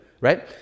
right